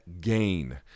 gain